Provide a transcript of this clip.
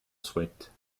souhaite